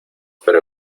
pero